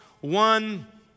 one